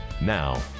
now